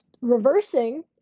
reversing